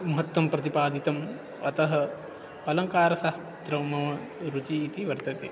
महत्वं प्रतिपादितम् अतः अलङ्कारशास्त्रं मम रुचिः इति वर्तते